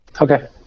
Okay